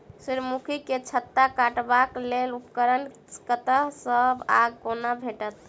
सूर्यमुखी केँ छत्ता काटबाक लेल उपकरण कतह सऽ आ कोना भेटत?